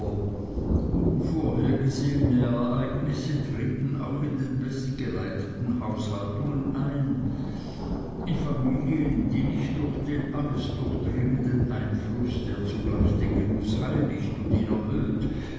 unvorhergesehene ereignisse treten auch in den bestgeleiteten haushaltungen ein in familien die nicht durch den alles durchdringenden ein fluß der zugleich den genuß heiligt und ihn erhöht